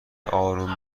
آروم